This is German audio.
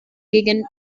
gegend